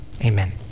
Amen